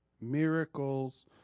miracles